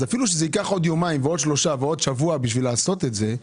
אפילו שזה ייקח עוד יומיים או עוד שלושה או עוד שבוע בשביל לעשות את זה,